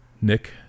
Nick